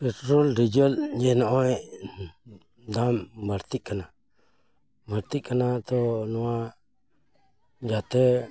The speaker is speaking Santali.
ᱯᱮᱴᱨᱳᱞ ᱰᱤᱡᱮᱞ ᱡᱮ ᱱᱚᱜᱚᱭ ᱫᱟᱢ ᱵᱟᱹᱲᱛᱤᱜ ᱠᱟᱱᱟ ᱵᱟᱲᱛᱤᱜ ᱠᱟᱱᱟ ᱛᱚ ᱱᱚᱣᱟ ᱡᱟᱛᱮ